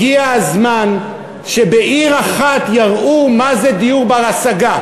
הגיע הזמן שבעיר אחת יראו מה זה דיור בר-השגה,